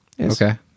okay